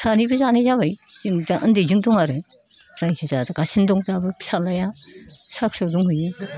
सानैबो जानाय जाबाय जों दा उन्दैजों दं आरो रायजो जागासिनो दं जोंहाबो फिसाज्लाया साख्रियाव दंहैयो